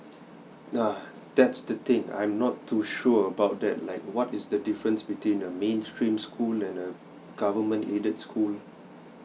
uh that's the thing I'm not too sure about that like what is the difference between a mainstream school and a government aided school